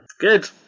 Good